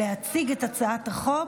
להציג את הצעת החוק.